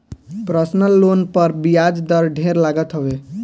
personal loan पर बियाज दर ढेर लागत हवे